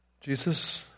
Jesus